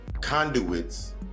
conduits